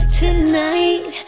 tonight